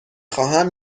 خواهم